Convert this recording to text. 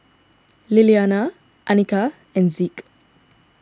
Liliana Anika and Zeke